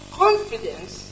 confidence